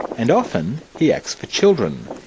and often he acts for children.